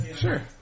Sure